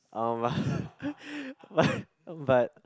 um but but but